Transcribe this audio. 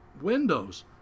windows